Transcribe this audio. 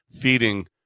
feeding